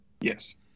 Yes